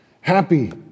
Happy